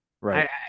Right